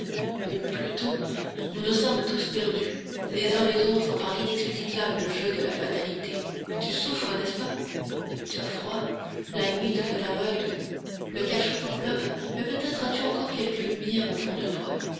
ou plutôt nous nous sommes tous perdus les uns les autres par l'inexplicable jeu de la fatalité tu souffres n'est-ce pas tu as froid la nuit te fait aveugle le cachot t'enveloppe mais peut-être as-tu encore quelque lumière au fond de toi